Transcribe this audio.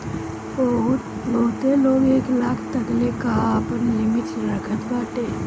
बहुते लोग एक लाख तकले कअ आपन लिमिट रखत बाटे